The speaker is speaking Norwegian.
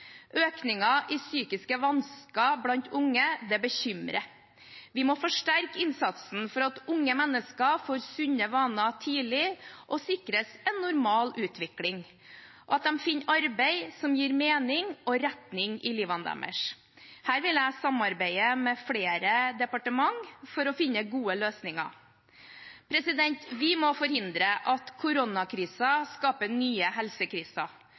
i psykiske vansker blant unge bekymrer. Vi må forsterke innsatsen for at unge mennesker får sunne vaner tidlig og sikres en normal utvikling, og at de finner arbeid som gir mening og retning i livet. Her vil jeg samarbeide med flere departementer for å finne gode løsninger. Vi må forhindre at koronakrisen skaper nye helsekriser.